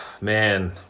Man